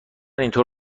اینطور